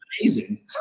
amazing